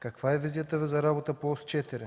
каква е визията Ви за работа по Ос 4?